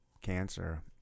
cancer